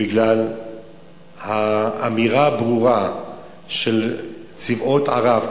בגלל האמירה הברורה של צבאות ערב,